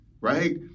right